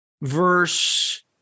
verse